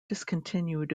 discontinued